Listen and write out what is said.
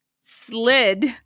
slid